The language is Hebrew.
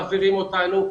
שוב פעם מעבירים אותנו.